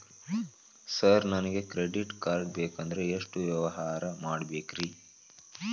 Sir ನನಗೆ credit card ಬೇಕಂದ್ರೆ ಎಷ್ಟು ವ್ಯವಹಾರ ಮಾಡಬೇಕ್ರಿ?